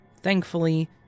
Thankfully